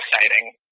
exciting